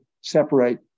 separate